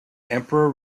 emperor